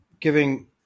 giving